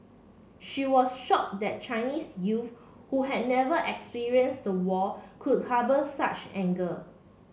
she was shocked that Chinese you who had never experienced the war could harbour such anger